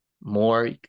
more